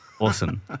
Awesome